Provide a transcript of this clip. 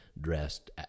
dressed